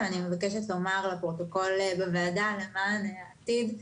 אני מבקשת לומר לפרוטוקול, למען העתיד,